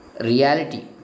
reality